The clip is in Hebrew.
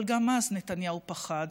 אבל גם אז נתניהו פחד,